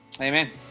Amen